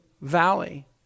valley